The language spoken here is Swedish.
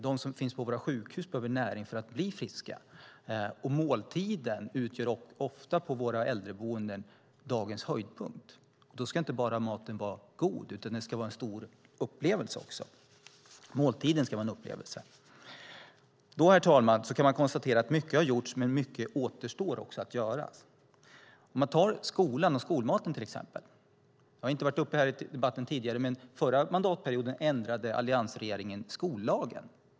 De som finns på våra sjukhus behöver näring för att bli friska. Måltiden utgör ofta dagens höjdpunkt på våra äldreboenden. Då ska inte maten bara vara god utan måltiden ska också vara en stor upplevelse. Herr talman! Man kan konstatera att mycket har gjorts men att mycket återstår att göra. Låt oss ta skolan och skolmaten, till exempel. Det har inte varit uppe i debatten här tidigare, men under förra mandatperioden ändrade alliansregeringen skollagen.